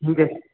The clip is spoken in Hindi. ठीक है